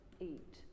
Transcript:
eat